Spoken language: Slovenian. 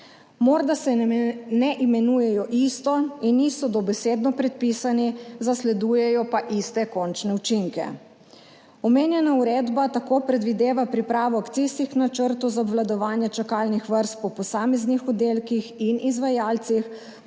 Morda se ne imenujejo isto in niso dobesedno prepisani, zasledujejo pa iste končne učinke. Omenjena uredba tako predvideva pripravo akcijskih načrtov za obvladovanje čakalnih vrst po posameznih oddelkih in izvajalcih,